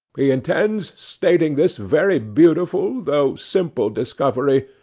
he intends stating this very beautiful, though simple discovery,